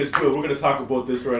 gonna talk about this